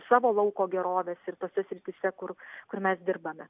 savo lauko gerovės ir tose srityse kur kur mes dirbame